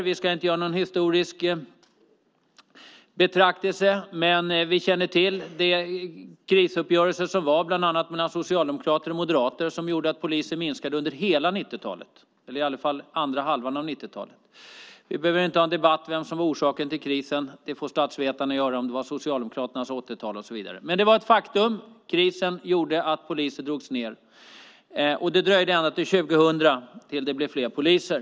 Vi ska inte göra någon historisk betraktelse, men vi känner till bland annat krisuppgörelsen mellan Socialdemokraterna och Moderaterna som gjorde att antalet poliser minskade under hela andra halvan av 90-talet. Vi behöver inte ha en debatt vem som orsakade krisen, det får statsvetarna göra och reda ut om det var Socialdemokraterna under 80-talet och så vidare. Men det var ett faktum, och krisen gjorde att antalet poliser drogs ned. Det dröjde ända till 2000 tills det blev fler poliser.